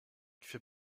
fait